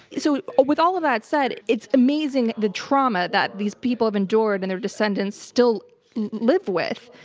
so with all of that said, it's amazing the trauma that these people have endured, and their descendants still live with.